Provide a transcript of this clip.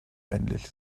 männlich